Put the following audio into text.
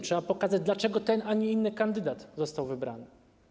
Trzeba pokazać, dlaczego ten, a nie inny kandydat został wybrany.